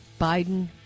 Biden